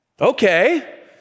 Okay